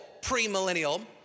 premillennial